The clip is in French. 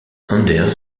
anders